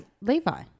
Levi